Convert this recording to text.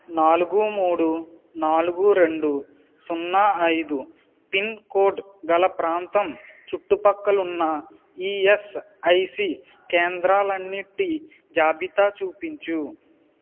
నాలుగు మూడు నాలుగు రెండు సున్నా ఐదు పిన్కోడ్ గల ప్రాంతం చుట్టుప్రక్కలున్న ఈఎస్ఐసి కేంద్రాలన్నిటి జాబితా చూపించు